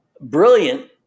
brilliant